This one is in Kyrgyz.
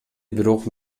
бирок